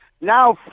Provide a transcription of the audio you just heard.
Now